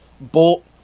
bolt